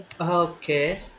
okay